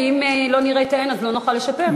כי אם לא נראה את האין לא נוכל לשפר.